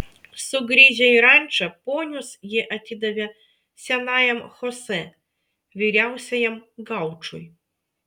sugrįžę į rančą ponius jie atidavė senajam chosė vyriausiajam gaučui